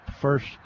first